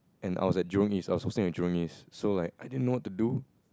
and I was at Jurong East I hosting at Jurong East so like I didn't know what to do